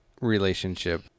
relationship